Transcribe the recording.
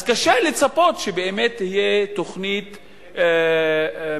אז קשה לצפות שבאמת תהיה תוכנית מקובלת,